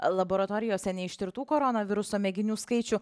laboratorijose neištirtų koronaviruso mėginių skaičių